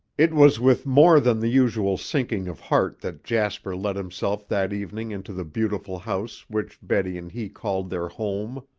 it was with more than the usual sinking of heart that jasper let himself that evening into the beautiful house which betty and he called their home.